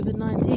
COVID-19